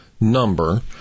number